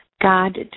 God